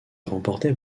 remportée